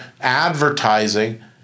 advertising